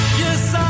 yes